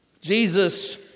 Jesus